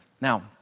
Now